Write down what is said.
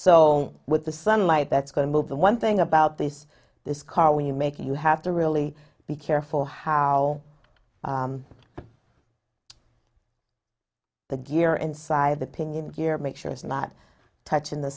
so with the sunlight that's going to move the one thing about this this car when you make you have to really be careful how the gear inside the pinion gear make sure it's not touching the